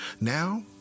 Now